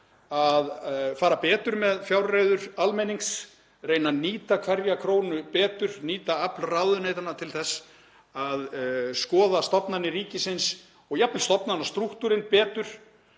að fara betur með fjárreiður almennings, reyna að nýta hverja krónu betur, nýta afl ráðuneytanna til þess að skoða stofnanir ríkisins og jafnvel stofnanastrúktúrinn betur.